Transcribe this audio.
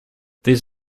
these